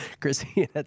Chrissy